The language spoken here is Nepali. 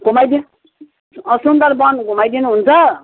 घुमाइदिइ सुन्दर वन घुमाइदिनु हुन्छ